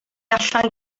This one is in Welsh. allan